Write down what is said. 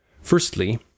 Firstly